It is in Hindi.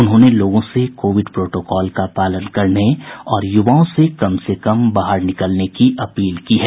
उन्होंने लोगों से कोविड प्रोटोकॉल का पालन करने और युवाओं से कम से कम बाहर निकलने की अपील की है